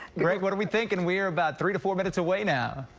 greg what we think and we're about three to four minutes away now.